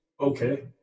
okay